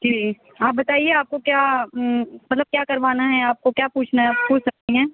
جی آپ بتائیے آپ کو کیا مطلب کیا کروانا ہے آپ کو کیا پوچھنا ہے آپ کو پوچھ سکتی ہیں